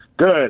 Good